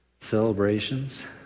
celebrations